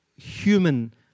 human